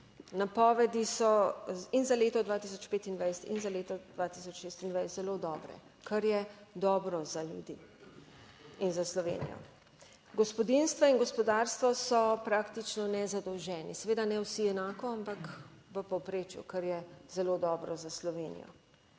napovedi so in za leto 2025 in za leto 2026 zelo dobre, kar je dobro za ljudi in za Slovenijo. Gospodinjstva in gospodarstvo so praktično nezadolženi, seveda ne vsi enako, ampak v povprečju kar je zelo dobro za Slovenijo.